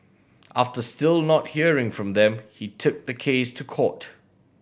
after still not hearing from them he took the case to court